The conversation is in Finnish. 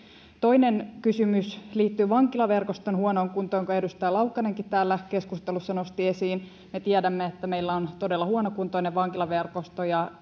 toinen kysymys liittyy vankilaverkoston huonoon kuntoon jonka edustaja laukkanenkin täällä keskustelussa nosti esiin me tiedämme että meillä on todella huonokuntoinen vankilaverkosto ja